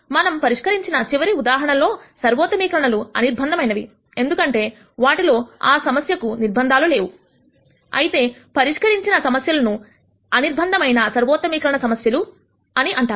మనము పరిష్కరించిన చివరి ఉదాహరణలలో సర్వోత్తమీకరణలు అనిర్బంధమైనవి ఎందుకంటే వాటిలో ఆ సమస్యకు నిర్బంధాలు లేవు అయితే పరిష్కరించిన సమస్యలను అనిర్బంధమైన సర్వోత్తమీకరణ సమస్యలు అని అంటారు